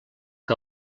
que